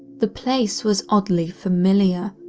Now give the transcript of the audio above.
the place was oddly familiar,